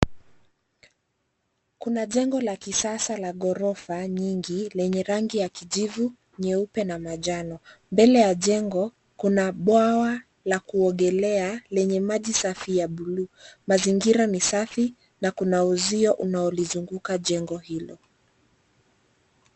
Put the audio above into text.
Kuna jengo la kisasa la ghorofa nyingi lenye rangi ya kijivu, nyeupe na manjano. Mbele ya jengo, kuna bwawa la kuogelea lenye maji safi ya buluu. Mazingira ni safi na kuna uzio unaolizunguka jengo hilo.